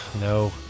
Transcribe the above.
no